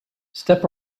step